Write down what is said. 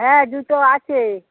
হ্যাঁ জুতো আছে